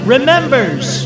Remembers